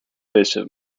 bishop